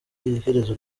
iherezo